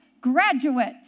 graduate